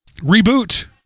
reboot